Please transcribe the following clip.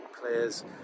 players